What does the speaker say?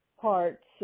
parts